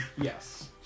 Yes